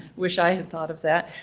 wish i had thought of that.